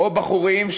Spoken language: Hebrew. או בחורים,